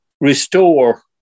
restore